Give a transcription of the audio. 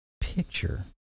Picture